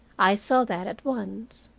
i saw that at once.